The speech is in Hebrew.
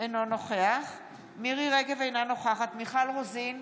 אינו נוכח מירי מרים רגב, אינה נוכחת מיכל רוזין,